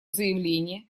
заявление